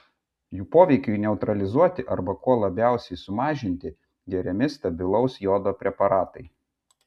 jų poveikiui neutralizuoti arba kuo labiausiai sumažinti geriami stabilaus jodo preparatai